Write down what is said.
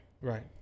right